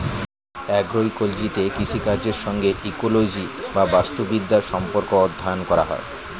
অ্যাগ্রোইকোলজিতে কৃষিকাজের সঙ্গে ইকোলজি বা বাস্তুবিদ্যার সম্পর্ক অধ্যয়ন করা হয়